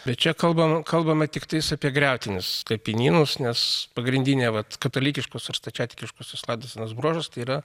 bet čia kalbama kalbama tiktais apie gretimus kapinynus nes pagrindinė vat katalikiškos ar stačiatikiškosios laidosenos bruožas tai yra